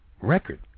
record